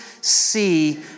see